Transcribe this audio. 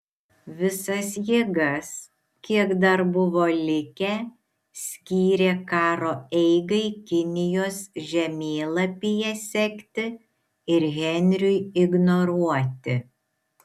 visas jėgas kiek dar buvo likę skyrė karo eigai kinijos žemėlapyje sekti ir henriui ignoruoti